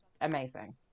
amazing